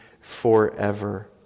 forever